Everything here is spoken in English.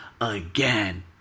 again